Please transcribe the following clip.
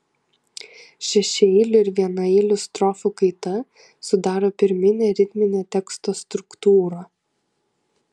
šešiaeilių ir vienaeilių strofų kaita sudaro pirminę ritminę teksto struktūrą